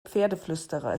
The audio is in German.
pferdeflüsterer